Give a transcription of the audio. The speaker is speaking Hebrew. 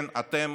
כן, אתם